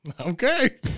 okay